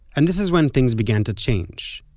and this is when things began to change.